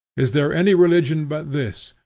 is there any religion but this,